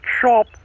shop